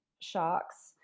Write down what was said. sharks